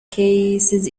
cases